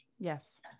Yes